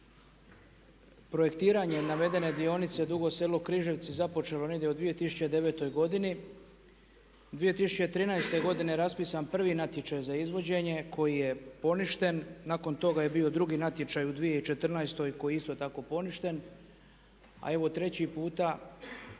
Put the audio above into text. Projektiranje navedene dionice Dugo Selo-Križevci započelo je negdje u 2009. godini. 2013. godine je raspisan prvi natječaj za izvođenje koji je poništen. Nakon toga je bio 2. natječaj u 2014. koji je isto tako poništen. A evo 3. puta